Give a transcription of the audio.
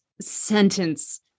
sentence